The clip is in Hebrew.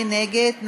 מי נגד?